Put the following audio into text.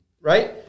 Right